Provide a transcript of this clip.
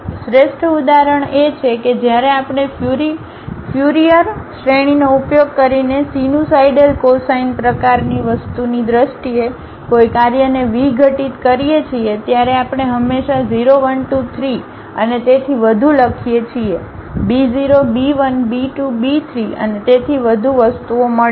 શ્રેષ્ઠ ઉદાહરણ એ છે કે જ્યારે આપણે ફ્યુરિયર શ્રેણીનો ઉપયોગ કરીને સિનુસાઇડલ કોસાઇન પ્રકારની વસ્તુની દ્રષ્ટિએ કોઈ કાર્યને વિઘટિત કરીએ છીએ ત્યારે આપણે હંમેશા 0 1 2 3 અને તેથી વધુ લખીએ છીએ b 0 b 1 b 2 b 3 અને તેથી વધુ વસ્તુઓ મળે છે